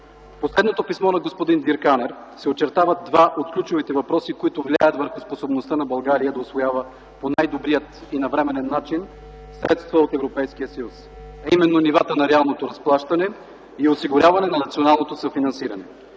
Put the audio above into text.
последното писмо на господин Дирк Анер се очертават два от ключовите въпроси, които влияят върху способността на България да усвоява по най-добрия и навременен начин средства от Европейския съюз, а именно нивата на реалното разплащане и осигуряване на националното съфинансиране.